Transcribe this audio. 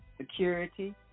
security